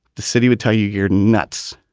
the city would tell you you're nuts.